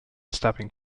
stabbing